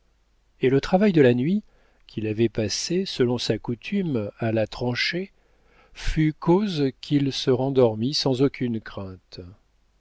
et le travail de la nuit qu'il avait passée selon sa coutume à la tranchée fut cause qu'il se rendormit sans aucune crainte